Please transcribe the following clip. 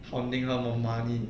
haunting her for money